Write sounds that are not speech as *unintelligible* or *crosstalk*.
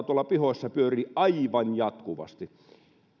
*unintelligible* tuolla pihoissa pyörii aivan jatkuvasti